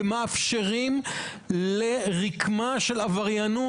ומאפשרים לרקמה של עבריינות